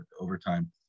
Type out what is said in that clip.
overtime